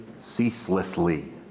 ceaselessly